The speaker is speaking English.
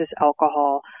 alcohol